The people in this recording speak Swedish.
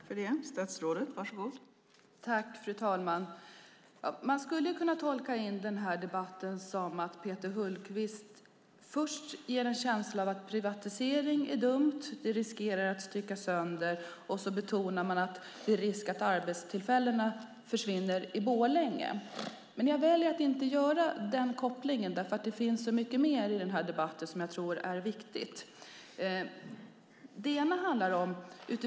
Fru talman! Man skulle kunna tolka den här debatten som att Peter Hultqvist först vill säga att privatisering är dumt och att det riskerar att stycka sönder och att han sedan vill betona att det är risk för att arbetstillfällen i Borlänge försvinner. Men jag väljer att inte göra den kopplingen, för det finns så mycket mer i den här debatten som är viktigt.